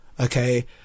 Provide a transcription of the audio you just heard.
okay